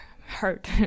hurt